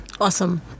Awesome